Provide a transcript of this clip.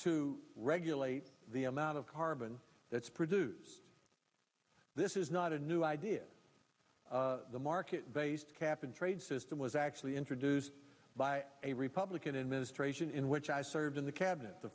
to regulate the amount of carbon that's produced this is not a new idea the market based cap and trade system was actually introduced by a republican administration in which i served in the cabinet the